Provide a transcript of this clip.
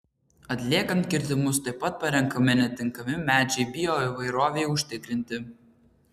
atliekant kirtimus taip pat parenkami netinkami medžiai bioįvairovei užtikrinti